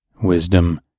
wisdom